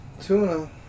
Tuna